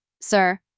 sir